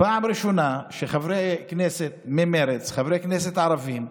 פעם ראשונה שחברי כנסת ממרצ, חברי כנסת ערבים,